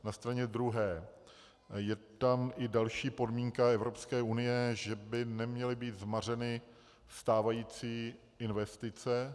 Na straně druhé je tam i další podmínka Evropské unie, že by neměly být zmařeny stávající investice.